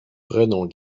prenons